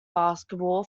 basketball